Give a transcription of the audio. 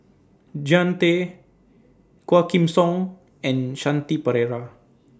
Jean Tay Quah Kim Song and Shanti Pereira